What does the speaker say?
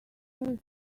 never